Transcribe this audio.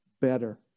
better